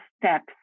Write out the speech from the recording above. steps